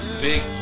big